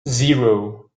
zero